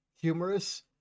humorous